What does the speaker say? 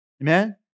Amen